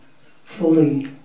fully